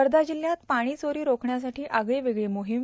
वर्धा जिल्ह्यात पाणी चोरी रोखण्यासाठी आगळेवेगळी मोहीम